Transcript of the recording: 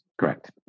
Correct